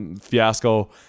fiasco